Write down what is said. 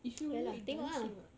if you like dancing ah